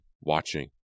watching